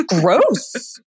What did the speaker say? gross